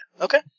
okay